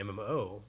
MMO